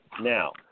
Now